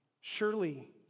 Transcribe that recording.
Surely